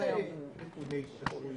מדינות העולם.